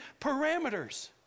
parameters